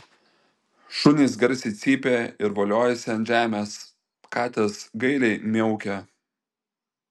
šunys garsiai cypia ir voliojasi ant žemės katės gailiai miaukia